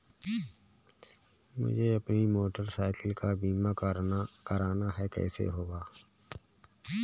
मुझे अपनी motorcycle का बीमा करना है कैसे होगा?